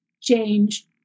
change